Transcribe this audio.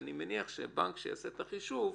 ואני מניח שבנק שיעשה את החישוב,